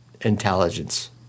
intelligence